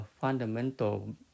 fundamental